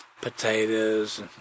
potatoes